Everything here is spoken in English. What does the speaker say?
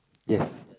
yes